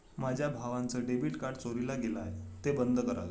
माझ्या भावाचं debit card चोरीला गेलं आहे, ते बंद करावे